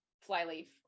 flyleaf